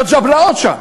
בג'בלאות שם.